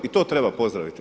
I to treba pozdraviti.